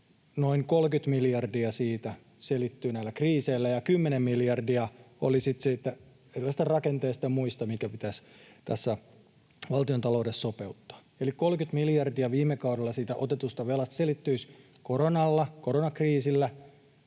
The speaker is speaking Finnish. noin 30 miljardia siitä selittyy näillä kriiseillä ja 10 miljardia oli sitten erilaisista rakenteista ja muista, mitä pitäisi tässä valtiontaloudessa sopeuttaa. Eli 30 miljardia siitä viime kaudella otetusta velasta selittyisi koronalla, koronakriisillä,